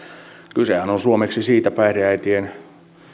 kysehän on suomeksi päihdeäitien